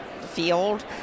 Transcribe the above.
field